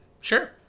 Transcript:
Sure